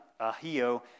Ahio